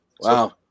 Wow